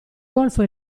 golfo